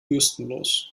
bürstenlos